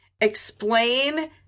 explain